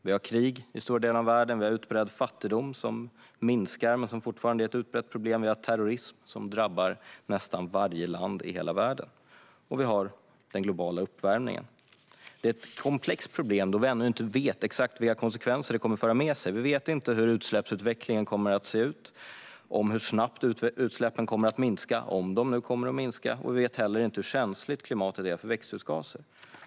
Vi har krig i stora delar av världen. Vi har utbredd fattigdom som visserligen minskar men som fortfarande är ett utbrett problem. Vi har terrorism som drabbar nästan varje land i hela världen. Vi har dessutom den globala uppvärmningen. Detta är ett komplext problem, då vi ännu inte vet exakt vilka konsekvenser som det kommer att föra med sig. Vi vet inte hur utsläppsutvecklingen kommer att se ut och hur snabbt utsläppen kommer att minska - om de nu kommer att minska - och vi vet heller inte hur känsligt klimatet är för växthusgaser.